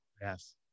Yes